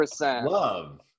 love